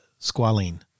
squalene